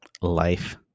life